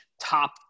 top